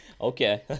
okay